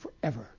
forever